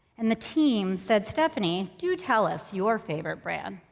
and the team said, stephanie, do tell us your favorite brand.